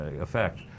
effect